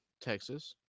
Texas